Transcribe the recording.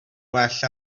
well